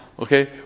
Okay